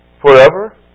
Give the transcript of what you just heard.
Forever